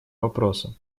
вопроса